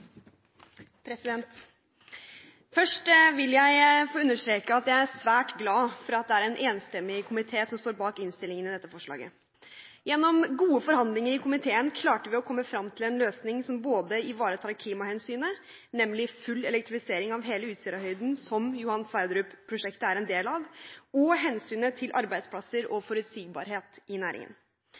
etterfølgelse. Først vil jeg få understreke at jeg er svært glad for at det er enstemmig komité som står bak innstillingen. Gjennom gode forhandlinger i komiteen klarte vi å komme frem til en løsning som ivaretar både klimahensynet, nemlig full elektrifisering av hele Utsirahøyden, som Johan Sverdrup-prosjektet er en del av, og hensynet til arbeidsplasser og forutsigbarhet i næringen.